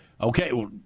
Okay